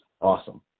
awesome